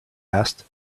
asked